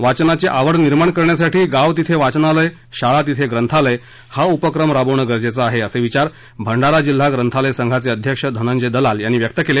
वाचनाची आवड निर्माण करण्यासाठी गाव तिथे वाचनालय शाळा तिथे ग्रंथालय हा उपक्रम राबवणं गरजेचं आहे असे विचार भंडारा जिल्हा ग्रंथालय संघाचे अध्यक्ष धनंजय दलाल यांनी व्यक्त केले